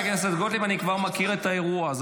12 בעד, אפס